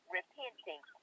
repenting